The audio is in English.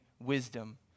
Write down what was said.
wisdom